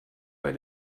bei